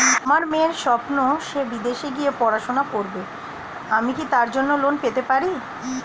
আমার মেয়ের স্বপ্ন সে বিদেশে গিয়ে পড়াশোনা করবে আমি কি তার জন্য লোন পেতে পারি?